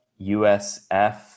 USF